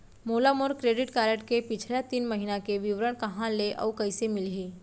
मोला मोर credit card के पिछला तीन महीना के विवरण कहाँ ले अऊ कइसे मिलही?